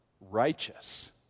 righteous